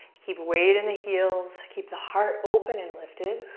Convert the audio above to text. keep weight in the heels. keep the heart open and lifted.